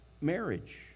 marriage